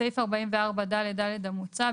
6. בסעיף 44ד(ד) המוצע,